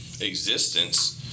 existence